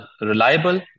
reliable